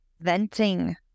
venting